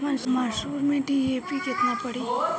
मसूर में डी.ए.पी केतना पड़ी?